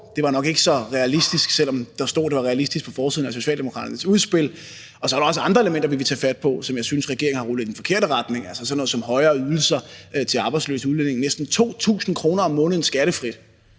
det var nok ikke så realistisk, selv om der på forsiden af Socialdemokraternes udspil stod, at det var realistisk. Og så er der også andre elementer, vi vil tage fat på, som jeg synes regeringen har rullet i den forkerte retning, altså sådan noget som højere ydelser til arbejdsløse udlændinge – næsten 2.000 kr. om måneden skattefrit.